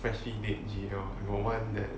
freshie date G_L got one that